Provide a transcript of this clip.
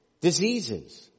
diseases